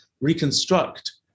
reconstruct